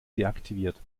deaktiviert